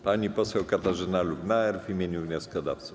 Pani poseł Katarzyna Lubnauer w imieniu wnioskodawców.